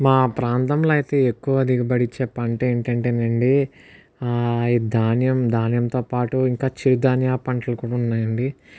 మా ప్రాంతంలో అయితే ఎక్కువ దిగుబడి ఇచ్చే పంట ఏంటి అంటే అండి ఈ ధాన్యం ధాన్యంతో పాటు ఇంకా చిరుధాన్య పంటలు కూడా ఉన్నాయండి